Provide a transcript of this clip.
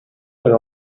were